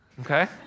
okay